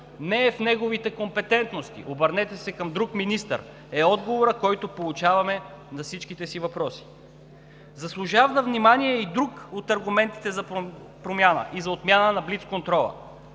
„Не е в неговите компетентности, обърнете се към друг министър“ е отговорът, който получаваме на всичките си въпроси. Заслужава внимание и друг от аргументите за промяна и за отмяна на блицконтрола.